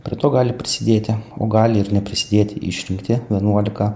prie to gali prisidėti o gali ir neprisidėti išrinkti vienuolika